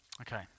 Okay